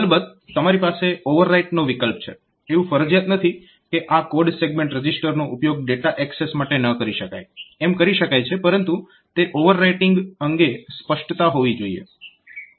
અલબત્ત તમારી પાસે ઓવરરાઈટ નો વિકલ્પ છે એવું ફરજિયાત નથી કે આ કોડ સેગમેન્ટ રજીસ્ટરનો ઉપયોગ ડેટા એક્સેસ માટે ન કરી શકાય એમ કરી શકાય છે પરંતુ તે ઓવરરાઈટીંગ અંગે સ્પષ્ટતા હોવી જોઈએ